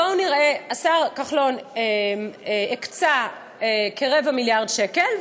בואו נראה: השר כחלון הקצה כרבע מיליארד שקל,